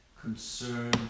concern